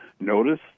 Notice